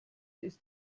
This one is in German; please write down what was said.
ist